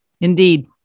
Indeed